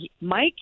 Mike